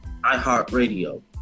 iHeartRadio